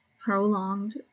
prolonged